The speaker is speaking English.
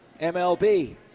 MLB